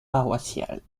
paroissiale